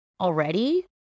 already